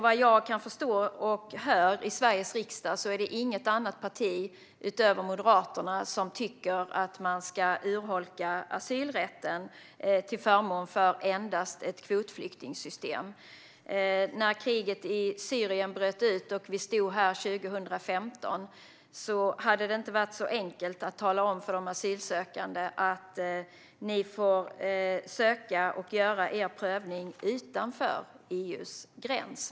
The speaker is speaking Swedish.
Vad jag kan förstå och hör i Sveriges riksdag är det inget annat parti, utöver Moderaterna, som tycker att man ska urholka asylrätten till förmån för endast ett kvotflyktingsystem. När kriget i Syrien bröt ut 2015 hade det inte varit så enkelt att tala om för de asylsökande att de får söka och göra sin prövning utanför EU:s gräns.